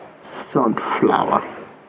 sunflower